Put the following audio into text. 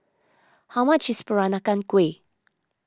how much is Peranakan Kueh